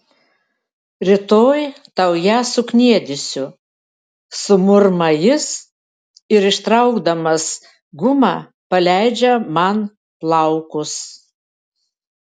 rytoj tau ją sukniedysiu sumurma jis ir ištraukdamas gumą paleidžia man plaukus